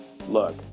Look